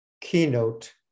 Keynote